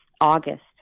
August